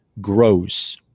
grows